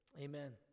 amen